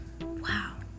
Wow